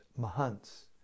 mahants